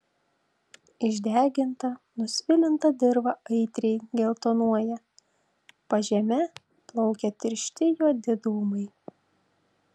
išdeginta nusvilinta dirva aitriai geltonuoja pažeme plaukia tiršti juodi dūmai